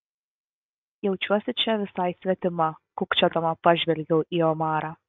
jaučiuosi čia visai svetima kukčiodama pažvelgiau į omarą